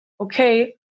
Okay